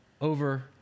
over